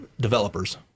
developers